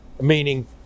meaning